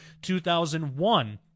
2001